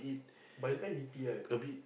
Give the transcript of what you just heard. but it's very heaty right